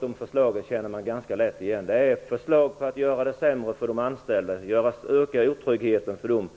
De förslagen känner man ganska lätt igen, herr talman. Det är förslag att göra det sämre för de anställda och öka otryggheten för dem.